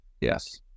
Yes